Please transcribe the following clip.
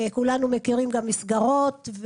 כולנו מכירים גם מסגרות,